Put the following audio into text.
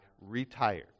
retired